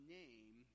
name